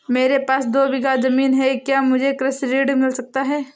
मेरे पास दो बीघा ज़मीन है क्या मुझे कृषि ऋण मिल सकता है?